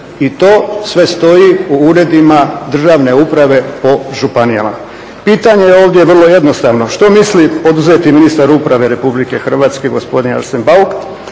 i to sve stoji u uredima državne uprave po županijama. Pitanje je ovdje vrlo jednostavno, što misli poduzeti ministar uprave Republike Hrvatske gospodin Arsen Bauk